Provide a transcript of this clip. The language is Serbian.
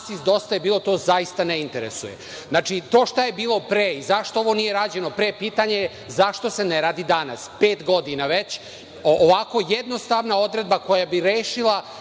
„Dosta je to bilo„to zaista ne interesuje. To šta je bilo pre i zašto ovo nije rađeno pre, pitanje je zašto se ne radi danas, pet godina već, ovako jednostavna odredba koja bi rešila